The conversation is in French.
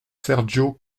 sergio